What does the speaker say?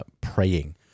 praying